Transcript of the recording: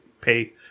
pay